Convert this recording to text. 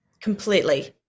completely